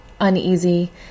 uneasy